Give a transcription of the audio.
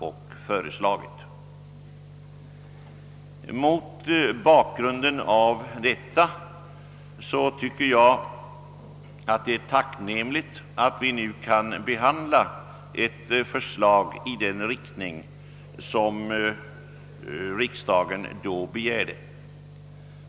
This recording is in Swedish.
Mot denna bakgrund tycker jag det är tacknämligt att vi i dag kan behandla ett förslag av den art som riksdagen då begärde.